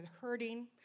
hurting